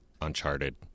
uncharted